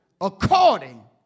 according